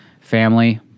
family